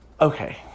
Okay